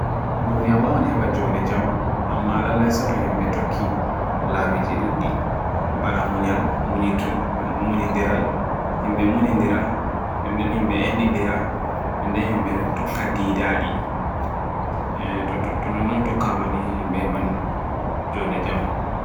Duniya wawan heɓa jonɗe jam amma lallai seto himɓe tokki laaɓiji ɗuɗɗi ɓana munya munyi nɗiral himɓe munyi nɗira nɗen nɗen himɓe tokka ɗiiɗaaɗi to nonnon tokkama ni himɓe wawan jooɗa jam